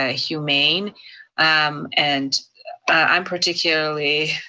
ah humane um and i'm particularly